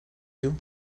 you